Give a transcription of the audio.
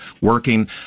working